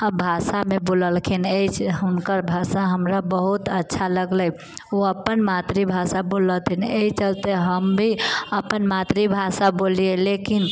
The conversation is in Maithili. भाषामे बोललखिन अछि हुनकर भाषा हमरा बहुत अच्छा लगलै ओ अपन मातृभाषा बोलि रहथिन एहि चलते हम भी अपन मातृभाषा बोललियै लेकिन